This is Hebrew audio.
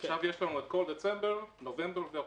עכשיו יש לנו את כל דצמבר, נובמבר ואוקטובר.